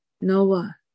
Noah